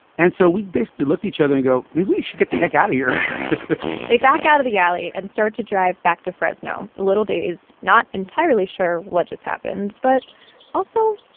and so we basically looked at each other and go, maybe we should get the heck out of here they back out of the alley and start to drive back to fresno a little dazed, not entirely sure what just happened, but also